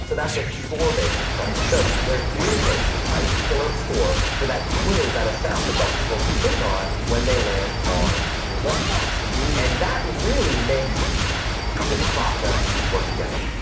so that's a score based approach. so, there are three approaches type killer score for that quiz, that assessment that people click on when they land on your website and that really makes this process work together.